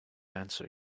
answer